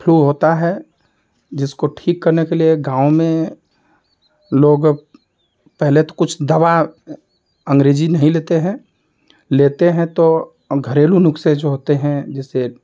फू होता है जिसको ठीक करने के लिए गाँव में लोग पहले तो कुछ दवा अंग्रेज़ी नहीं लेते हैं लेते हैं तो घरेलू नुस्खें जो होते हैं जिससे